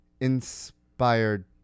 inspired